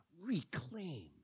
reclaim